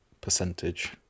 percentage